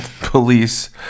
police